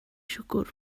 siwgr